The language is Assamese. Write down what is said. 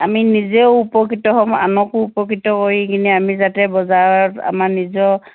আমি নিজেও উপকৃত হ'ম আনকো উপকৃত কৰি কিনে আমি যাতে বজাৰত আমাৰ নিজৰ